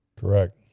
Correct